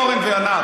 אורן וענת.